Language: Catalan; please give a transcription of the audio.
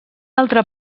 altre